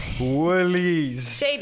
Woolies